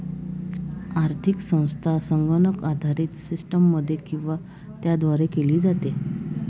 आर्थिक संस्था संगणक आधारित सिस्टममध्ये किंवा त्याद्वारे केली जाते